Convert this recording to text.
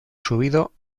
subido